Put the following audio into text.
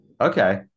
Okay